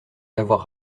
l’avoir